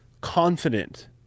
confident